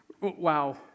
Wow